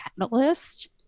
catalyst